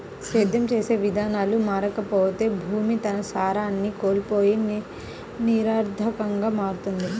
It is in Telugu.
సేద్యం చేసే విధానాలు మారకపోతే భూమి తన సారాన్ని కోల్పోయి నిరర్థకంగా మారుతుంది